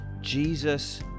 Jesus